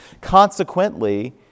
Consequently